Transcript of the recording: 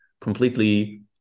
completely